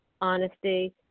honesty